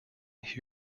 who